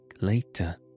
later